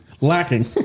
lacking